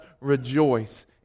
rejoice